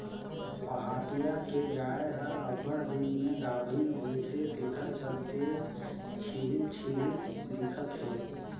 पहाटिया के गाय हर अब्बड़ दिन में गाभिन होइसे तेखर चलते छिहिल छिहिल दिखत हे